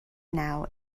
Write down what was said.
now